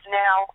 now